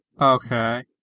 Okay